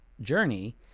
journey